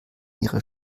ihrer